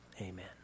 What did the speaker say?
Amen